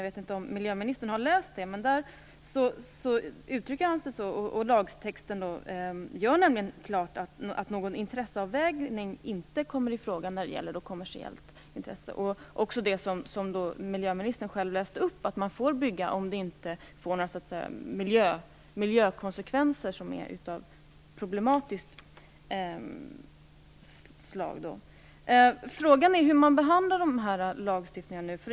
Jag vet inte om miljöministern har läst det. Där uttrycker han det så att lagtexten gör klart att någon intresseavvägning inte kommer i fråga när det gäller kommersiella intressen. Men miljöministern sade själv att man får bygga om det inte får några miljkonsekvenser som är av problematiskt slag. Frågan är då hur man behandlar lagstiftningen.